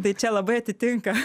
tai čia labai atitinka